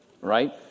Right